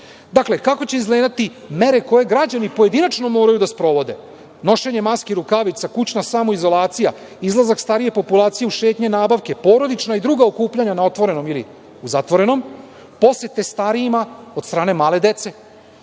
Dakle, kako će izgledati mere koje građani pojedinačno moraju da sprovode - nošenje maski i rukavica, kućna samoizolacija, izlazak starije populacije u šetnje, nabavke, porodična i druga okupljanja na otvorenom ili zatvorenom, posete starijima od strane male dece. Neke